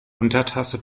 untertasse